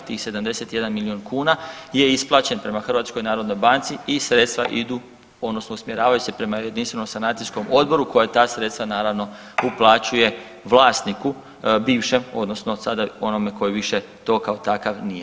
Tih 71 milion kuna je isplaćen prema HNB-u i sredstva idu odnosno usmjeravaju se prema Jedinstvenom sanacijskom odboru koji ta sredstva naravno uplaćuje vlasniku bivšem odnosno sada onome koji više to kao takav nije.